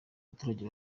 abaturage